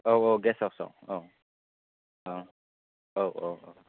औ औ guest house आव औ औ औ औ